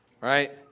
right